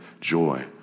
joy